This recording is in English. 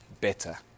better